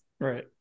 Right